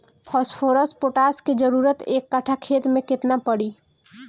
Phosphorus potash के जरूरत एक कट्ठा खेत मे केतना पड़ी?